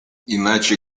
иначе